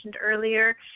earlier